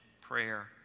prayer